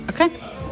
Okay